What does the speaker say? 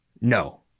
No